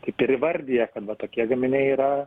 kaip ir įvardija kad vat tokie gaminiai yra